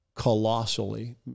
Colossally